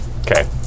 Okay